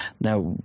now